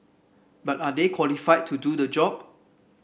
but are they qualified to do the job